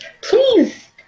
please